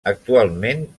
actualment